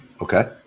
Okay